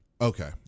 Okay